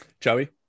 Joey